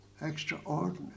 Extraordinary